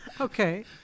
Okay